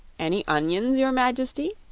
any onions, your majesty?